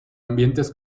ambientes